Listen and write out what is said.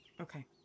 Okay